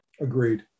Agreed